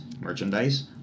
merchandise